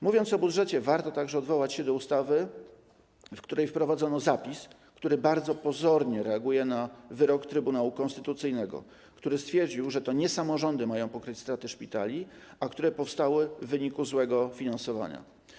Mówiąc o budżecie, warto odwołać się do ustawy, w której wprowadzono zapis bardzo pozornie reagujący na wyrok Trybunału Konstytucyjnego, który stwierdził, że to nie samorządy mają pokryć straty szpitali powstałe w wyniku złego finansowania.